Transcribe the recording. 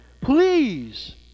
Please